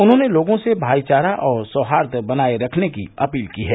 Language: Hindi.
उन्होंने लोगों से भाईचारा और सौहाई बनाये रखने की अपील की है